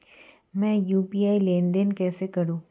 मैं यू.पी.आई लेनदेन कैसे करूँ?